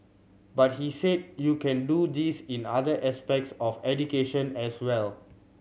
but he said you can do this in other aspects of education as well